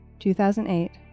2008